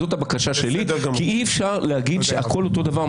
זאת הבקשה שלי כי אי אפשר להגיד שהכול אותו דבר,